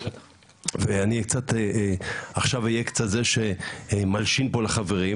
ואני עכשיו אהיה קצת זה שמלשין פה לחברים,